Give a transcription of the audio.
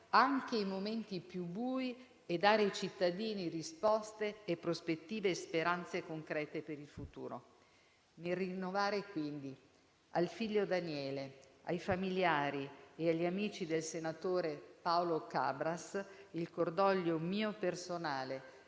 anche i momenti più bui e dare ai cittadini risposte, prospettive e speranze concrete per il futuro. Nel rinnovare quindi al figlio Daniele, ai familiari e agli amici del senatore Paolo Cabras il cordoglio mio personale